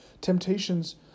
Temptations